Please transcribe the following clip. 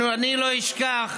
אני לא אשכח,